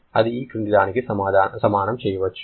అది ఈ క్రింది దానికి సమానం చేయవచ్చు